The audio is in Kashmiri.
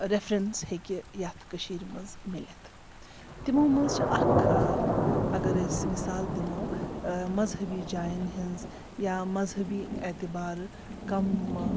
ریفرَنٕس ہیٚکہِ یَتھ کٔشیٖرِ منٛز میٖلِتھ تِمو منٛز چھِ اَکھ اگر أسۍ مِثال دِمو مذہبی جایَن ہٕنٛز یا مذہبی اعتبارٕ کَم